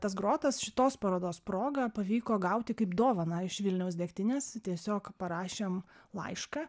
tas grotas šitos parodos proga pavyko gauti kaip dovaną iš vilniaus degtinės tiesiog parašėm laišką